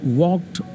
walked